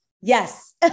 Yes